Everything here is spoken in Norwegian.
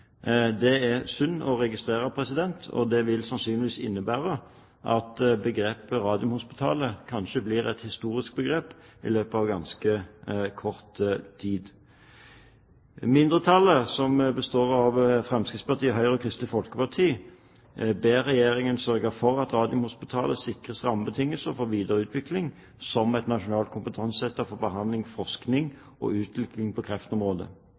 Det er synd å registrere, og det vil sannsynligvis innebære at begrepet «Radiumhospitalet» kanskje blir et historisk begrep i løpet av ganske kort tid. Mindretallet som består av Fremskrittspartiet, Høyre og Kristelig Folkeparti, ber Regjeringen sørge for at Radiumhospitalet sikres rammebetingelser for videre utvikling som et nasjonalt kompetansesenter for behandling, forskning og utvikling på